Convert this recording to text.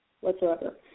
whatsoever